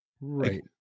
right